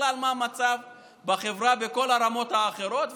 בכלל מה המצב בחברה בכל הרמות האחרות,